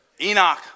Enoch